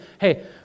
hey